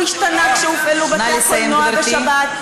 הוא השתנה כאשר הופעלו בתי-הקולנוע בשבת,